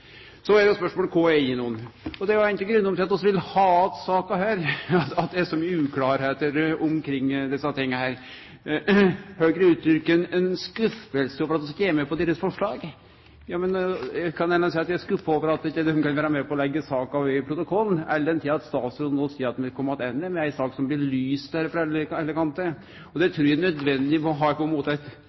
Så er spørsmålet: Kva er det ein eig? Ein av grunnane til at vi vil ha saka tilbake igjen, er at det er så mykje uklart når det gjeld desse tinga. Høgre uttrykkjer skuffelse over at vi ikkje er med på deira forslag. Eg kan jo seie at eg er skuffa over at dei ikkje kan vere med på å leggje saka ved protokollen, all den tid statsråden no seier at han vil kome attende med ei sak som belyser dette frå alle kantar. Eg trur det er nødvendig å ha ei form for saksgrunnlag og innstilling frå regjeringa for å få ein god debatt på dette